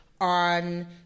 on